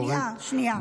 שנייה, שנייה.